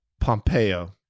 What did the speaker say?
Pompeo